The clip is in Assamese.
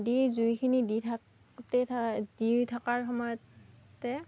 দি জুইখিনি দি থাকোঁতে দি থকাৰ সময়তে